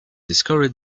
discovery